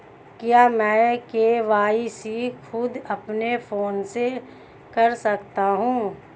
क्या मैं के.वाई.सी खुद अपने फोन से कर सकता हूँ?